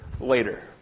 later